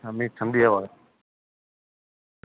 ठंडी ठंडी हवा